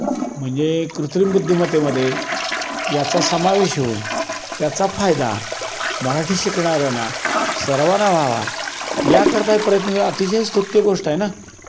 म्हणजे कृत्रिम बुद्धिमतेमध्ये याचा समावेश होऊन त्याचा फायदा मराठी शिकणाऱ्यांना सर्वाना व्हावा या करता प्रयत्न अतिशय स्तुत्य गोष्ट आहे ना